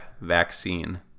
vaccine